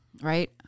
Right